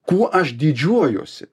kuo aš didžiuojuosi